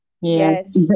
Yes